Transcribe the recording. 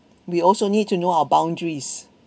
we also need to know our boundaries